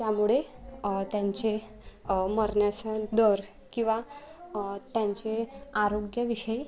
त्यामुळे त्यांचे मरण्यास दर किंवा त्यांचे आरोग्यविषयी